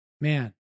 man